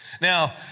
Now